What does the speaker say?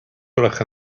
gwelwch